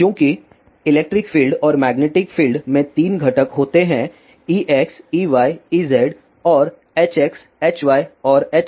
चूंकि electric field और magnetic field में 3 घटक होते हैं Ex Ey Ez और Hx Hy और Hz